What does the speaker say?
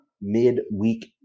mid-week